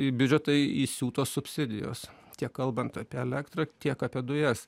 į biudžetą įsiūtos subsidijos tiek kalbant apie elektrą tiek apie dujas